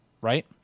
Right